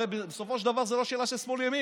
הרי בסופו של דבר זאת לא שאלה של שמאל ימין.